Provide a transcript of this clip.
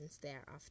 thereafter